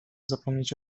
zapomnieć